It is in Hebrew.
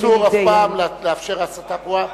אסור אף פעם לאפשר הסתה פרועה.